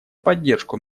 поддержку